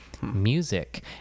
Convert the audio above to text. Music